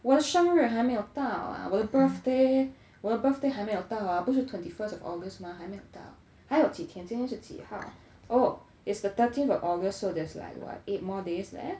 我的生日还没有到 ah 我的 birthday 我的 birthday 还没有到 ah 不是 twenty first of august 吗还没到还有几天今天是几号 oh is the thirteenth of august so there's like what eight more days left